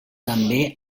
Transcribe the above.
també